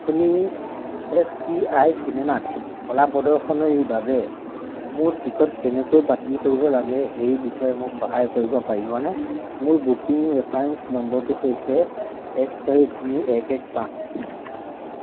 আপুনি S P I চিনেমাত কলা প্ৰদৰ্শনীৰ বাবে মোৰ টিকট কেনেকৈ বাতিল কৰিব লাগে সেই বিষয়ে মোক সহায় কৰিব পাৰিবনে মোৰ বুকিং ৰেফাৰেন্স নম্বৰটো হৈছে এক চাৰি তিনি এক এক পাঁচ